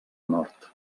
nord